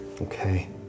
Okay